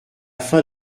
fin